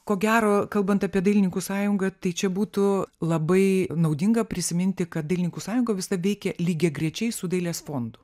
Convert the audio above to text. ko gero kalbant apie dailininkų sąjungą tai čia būtų labai naudinga prisiminti kad dailininkų sąjunga visada veikė lygiagrečiai su dailės fondu